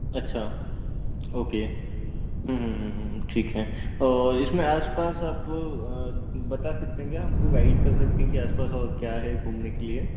अच्छा ओके ठीक है और इसमें आस पास आप बता सकते हैं क्या हमको गाइड कर सकते हैं क्या आस पास क्या है और घूमने के लिए